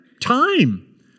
time